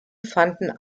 fanden